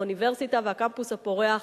האוניברסיטה והקמפוס הפורח,